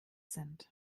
sind